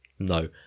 no